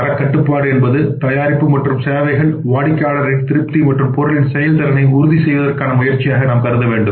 தரக் கட்டுப்பாடு என்பது தயாரிப்பு மற்றும் சேவைகள் வாடிக்கையாளரின் திருப்தி மற்றும் பொருட்களின் செயல்திறனை உறுதிசெய்வதற்கான முயற்சியாகும்